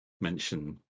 mention